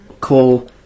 call